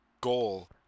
goal